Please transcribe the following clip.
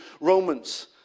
Romans